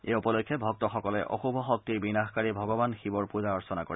এই উপলক্ষে ভক্তসকলে অশুভ শক্তিৰ বিনাশকাৰী ভগৱান শিৱৰ পূজা অৰ্চনা কৰে